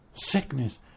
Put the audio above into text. Sickness